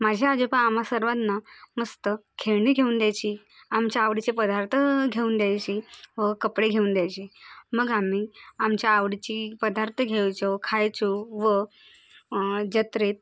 माझ्या आजोबा आम्हा सर्वांना मस्त खेळणी घेऊन द्यायची आमच्या आवडीचे पदार्थ घेऊन द्यायची व कपडे घेऊन द्यायचे मग आम्ही आमच्या आवडीची पदार्थ घ्यायचो खायचो व जत्रेत